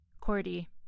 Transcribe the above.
Cordy